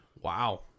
Wow